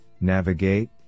navigate